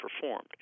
performed